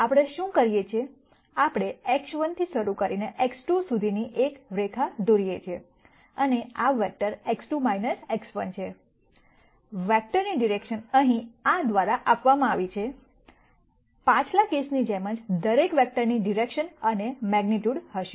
આપણે શું કરીએ છીએ આપણે x1 થી શરૂ કરીને x2 સુધી ની એક રેખા દોરીએ છીએ અને આ વેક્ટર x2 x1 છે વેક્ટરની ડિરેકશન અહીં આ દ્વારા આપવામાં આવી છે પાછલા કેસની જેમ જ દરેક વેક્ટરની ડિરેકશન અને મેગ્નીટ્યૂડ હશે